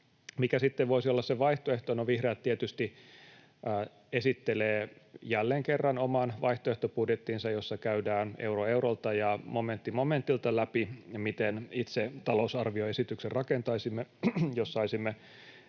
Mikä sitten voisi olla se vaihtoehto? No, vihreät tietysti esittelevät jälleen kerran oman vaihtoehtobudjettinsa, jossa käydään euro eurolta ja momentti momentilta läpi, miten itse talousarvioesityksen rakentaisimme, jos saisimme